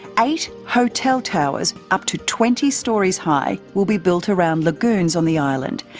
eight hotel towers up to twenty storeys high will be built around lagoons on the island,